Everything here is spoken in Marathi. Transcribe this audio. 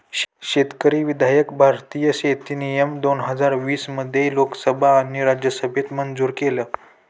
शेतकरी विधायक भारतीय शेती नियम दोन हजार वीस मध्ये लोकसभा आणि राज्यसभेत मंजूर केलं